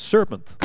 Serpent